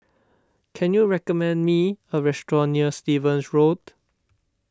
can you recommend me a restaurant near Stevens Road